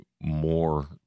more